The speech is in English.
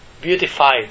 beautified